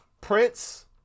prince